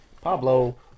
Pablo